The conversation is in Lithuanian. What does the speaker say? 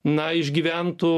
na išgyventų